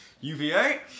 UVA